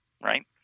Right